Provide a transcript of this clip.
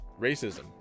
racism